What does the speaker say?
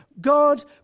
God